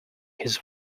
his